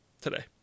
today